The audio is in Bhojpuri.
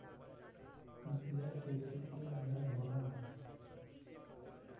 हंसिया खेती क औजार होला